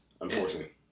unfortunately